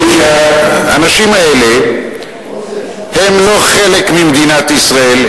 משום שהאנשים האלה הם לא חלק ממדינת ישראל,